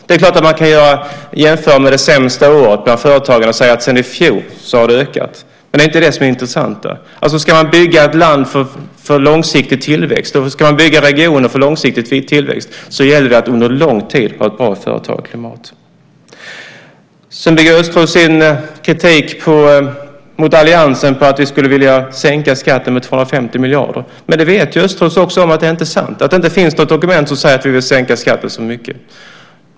Det är klart att man kan jämföra med det sämsta året bland företagarna och säga att sedan i fjol har de blivit fler. Men det är inte intressant. Ska man bygga ett land för långsiktig tillväxt, ska man bygga regioner för långsiktig tillväxt, gäller det att under lång tid ha ett bra företagarklimat. Östros bygger sin kritik mot alliansen på att vi skulle vilja sänka skatten med 250 miljarder. Men Östros vet att det inte är sant. Det finns inte något dokument som säger att vi vill sänka skatten så mycket.